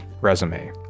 Resume